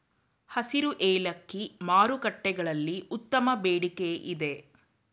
ಹಸಿರು ಏಲಕ್ಕಿ ಮಾರುಕಟ್ಟೆಗಳಲ್ಲಿ ಉತ್ತಮ ಬೇಡಿಕೆಯಿದೆ